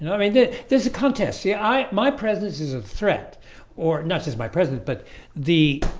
i mean that there's a contest. yeah, i my presence is a threat or ness is my presence, but the